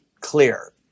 clear